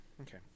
okay